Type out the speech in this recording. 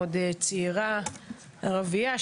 עוד צעירה ערביה.